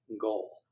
goal